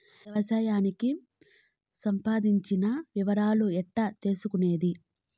వ్యవసాయానికి సంబంధించిన వివరాలు ఎట్లా తెలుసుకొనేది?